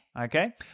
Okay